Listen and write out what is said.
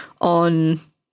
on